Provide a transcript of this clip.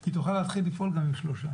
היא תוכל להתחיל לפעול גם עם שלושה.